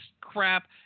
crap